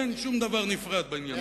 אין שום דבר נפרד בעניין הזה.